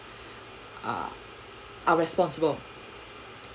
are are responsible